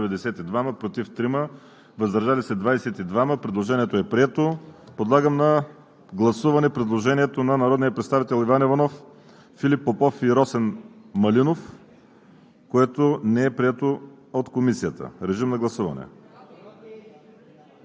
редакцията на Комисията. Гласували 117 народни представители: за 92, против 3, въздържали се 22. Предложението е прието. Подлагам на гласуване предложението на народния представител Иван Иванов, Филип Попов и Росен Малинов,